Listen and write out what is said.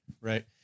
right